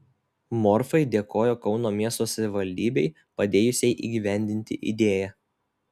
morfai dėkojo kauno miesto savivaldybei padėjusiai įgyvendinti idėją